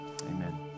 amen